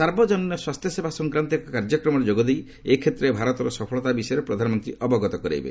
ସାର୍ବଜନୀନ ସ୍ୱାସ୍ଥ୍ୟସେବା ସଂକ୍ରାନ୍ତ ଏକ କାର୍ଯ୍ୟକ୍ରମରେ ଯୋଗଦେଇ ଏ କ୍ଷେତ୍ରରେ ଭାରତର ସଫଳତା ବିଷୟରେ ପ୍ରଧାନମନ୍ତ୍ରୀ ଅବଗତ କରାଇବେ